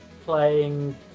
Playing